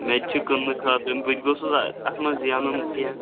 مےٚ تہِ چھِ کٔننہٕ خٲطرٕ بہٕ تہِ گوٚژھُس اَتھ منٛز زینُن کینٛہہ